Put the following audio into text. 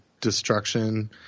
destruction